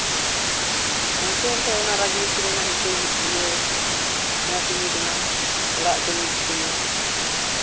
ᱚᱱᱛᱮ ᱨᱮᱫᱚ ᱚᱱᱟ ᱨᱟᱡᱽ ᱢᱤᱥᱛᱨᱤ ᱚᱱᱟ ᱤᱴᱟᱹ ᱤᱭᱟᱹ ᱚᱱᱟ ᱥᱤᱢᱮᱱᱴ ᱚᱱᱟ ᱚᱲᱟᱜ ᱠᱟᱹᱢᱤ ᱜᱮᱠᱚ ᱠᱟᱹᱢᱤᱭᱟ